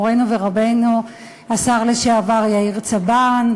מורנו ורבנו השר לשעבר יאיר צבן,